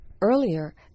Earlier